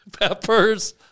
peppers